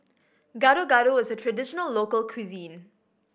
Gado Gado is a traditional local cuisine